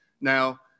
Now